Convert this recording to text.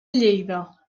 lleida